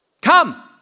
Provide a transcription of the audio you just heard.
come